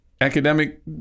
academic